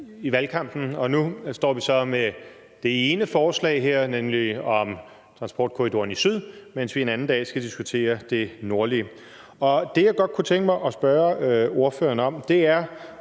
valgkampen, og nu står vi så med det ene forslag her, nemlig det om transportkorridoren i syd, mens vi en anden dag skal diskutere den nordlige. Det, som jeg godt kunne tænke mig at spørge ordføreren om, er,